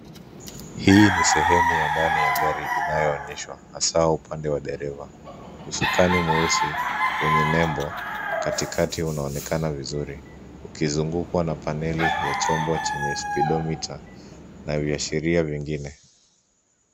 Hii ni sehemu ya ndani ya gari inayooneshwa hasaa upande wa dereva. Usukani mweusi, wenye nembo katikati unaonekana vizuri ukizungukwa na paneli ya chombo chenye spidomita na viashiria vingine.